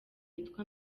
yitwa